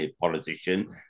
politician